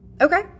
okay